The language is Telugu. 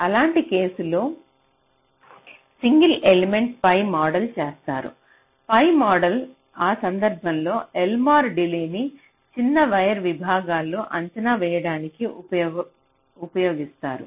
అలాంటి కేసుల లో సింగిల్ సెగ్మెంట్ పై మోడల్ చేస్తారు పై మోడల్ ఆ సందర్భాలలో ఎల్మోర్ డిలే న్ని చిన్న వైర్ విభాగాలలో అంచనా వేయడానికి ఉపయోగిస్తారు